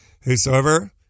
Whosoever